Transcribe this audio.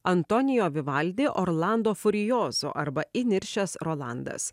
antonijo vivaldi orlando furiozo arba įniršęs rolandas